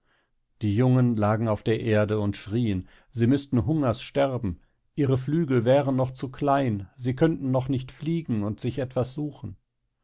die jungen lagen auf der erde und schrieen sie müßten hungers sterben ihre flügel wären noch zu klein sie könnten noch nicht fliegen und sich etwas suchen